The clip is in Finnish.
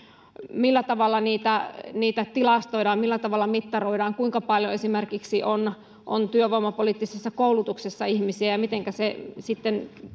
millä tavalla niitä niitä tilastoidaan millä tavalla mittaroidaan kuinka paljon esimerkiksi on on työvoimapoliittisissa koulutuksissa ihmisiä ja mitenkä se sitten